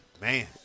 Man